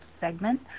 segment